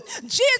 Jesus